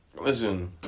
Listen